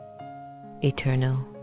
eternal